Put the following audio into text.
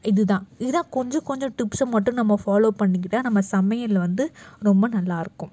இது தான் இது தான் கொஞ்சம் கொஞ்சம் டிப்ஸை மட்டும் நம்ம ஃபாலோவ் பண்ணிக்கிட்டால் நம்ம சமையல் வந்து ரொம்ப நல்லாயிருக்கும்